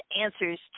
answers